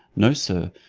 know, sir,